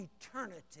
eternity